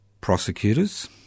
prosecutors